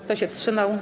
Kto się wstrzymał?